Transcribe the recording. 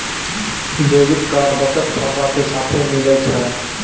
debit card बचत खाता के साथे मिलै छै